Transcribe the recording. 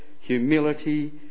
humility